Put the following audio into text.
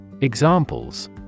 Examples